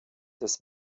des